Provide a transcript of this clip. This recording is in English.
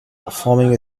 forming